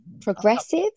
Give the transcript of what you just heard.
progressive